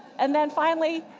and then finally,